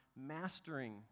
mastering